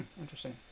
interesting